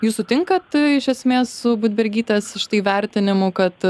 jūs sutinkat iš esmės su budbergytės štai vertinimu kad